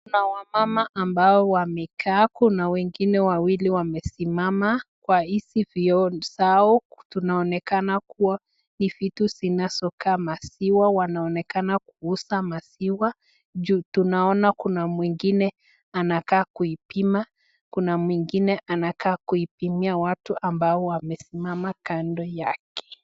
Kuna wamama ambao wamekaa, kuna wengine wawili wamesimama kwa hizi vyo zao. Tunaonekana kuwa ni vitu zinazokaa maziwa. Wanaonekana kuuza maziwa juu tunaona kuna mwingine anakaa kuipima. Kuna mwingine anakaa kuwapimia watu ambao wamesimama kando yake.